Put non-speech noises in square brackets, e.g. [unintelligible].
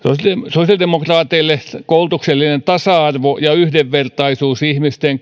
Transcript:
sosiaalidemokraateille koulutuksellinen tasa arvo ja yhdenvertaisuus ihmisten [unintelligible]